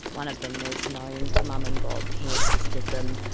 one of them was known to mum and bob. he assisted them,